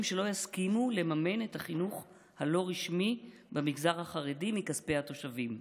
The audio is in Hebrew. שלא יסכימו לממן את החינוך הלא-רשמי במגזר החרדי מכספי התושבים.